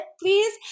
please